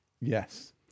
Yes